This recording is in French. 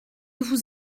vous